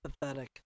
Pathetic